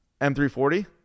M340